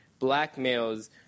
blackmails